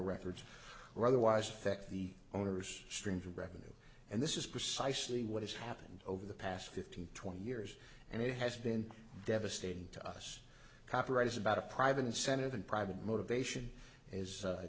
records or otherwise affect the owner's streams of revenue and this is precisely what has happened over the past fifteen twenty years and it has been devastating to us copyright is about a private incentive and private motivation is